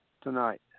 tonight